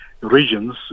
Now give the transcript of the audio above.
regions